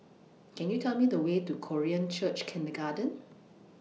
Can YOU Tell Me The Way to Korean Church Kindergarten